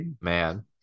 Man